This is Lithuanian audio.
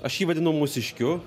aš jį vadinu mūsiškiu